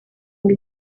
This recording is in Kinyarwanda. ngo